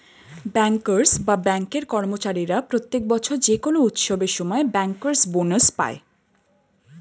bankers বা ব্যাঙ্কের কর্মচারীরা প্রত্যেক বছর যে কোনো উৎসবের সময় ব্যাংকার্স বোনাস পায়